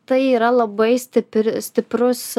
tai yra labai stipri stiprus